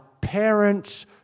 parents